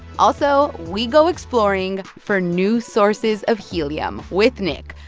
also, we go exploring for new sources of helium with nick.